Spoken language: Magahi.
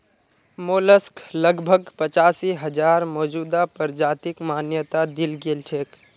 मोलस्क लगभग पचासी हजार मौजूदा प्रजातिक मान्यता दील गेल छेक